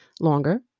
longer